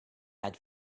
had